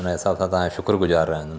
हुनजे हिसाब सां तव्हांजो शुकरगुज़ार रहंदुमि